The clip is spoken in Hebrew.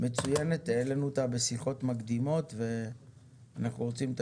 העלינו אותה בשיחות מקדימו ואנחנו רוצים את